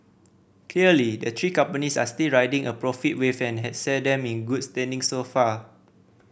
clearly the three companies are still riding a profit wave and had set them in good standing so far